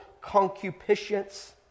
concupiscence